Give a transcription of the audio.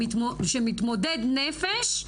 מתמודד נפש,